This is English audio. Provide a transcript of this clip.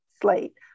slate